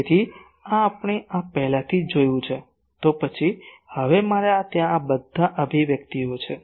તેથી આ આપણે પહેલાથી જ જોયું છે તો પછી હવે મારે ત્યાં આ બધા અભિવ્યક્તિઓ છે